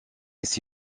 s’y